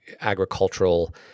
agricultural